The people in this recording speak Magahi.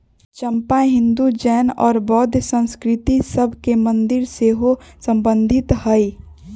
चंपा हिंदू, जैन और बौद्ध संस्कृतिय सभ के मंदिर से सेहो सम्बन्धित हइ